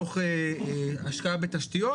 תוך השקעה בתשתיות.